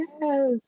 yes